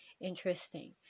interesting